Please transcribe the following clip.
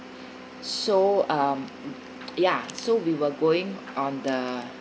so um ya so we were going on the